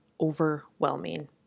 overwhelming